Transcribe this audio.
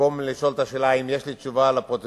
במקום לשאול את השאלה אם יש לי תשובה לפרוטוקול,